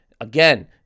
Again